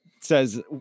says